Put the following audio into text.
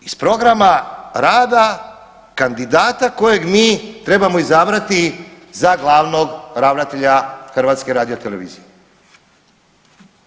Iz programa rada kandidata kojeg mi trebamo izabrati za glavnog ravnatelja HRT-a.